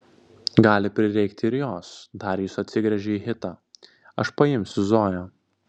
gali prireikti ir jos darijus atsigręžė į hitą aš paimsiu zoją